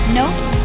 notes